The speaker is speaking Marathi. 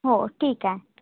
हो ठीक आहे